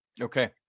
Okay